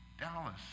Dallas